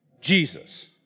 Jesus